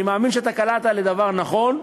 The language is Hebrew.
אני מאמין שאתה קלעת לדבר נכון,